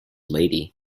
lady